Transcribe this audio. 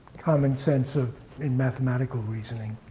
common sense ah in mathematical reasoning?